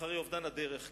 אחרי אובדן הדרך,